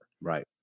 Right